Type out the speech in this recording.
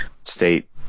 State